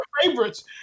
favorites